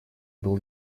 был